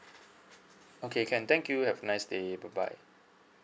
okay can thank you have a nice day bye bye